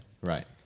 right